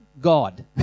God